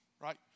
right